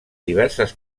diverses